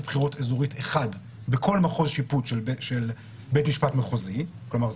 בחירות אזורית אחד בכל מחוז שיפוט של בית משפט מחוזי כלומר,